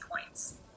points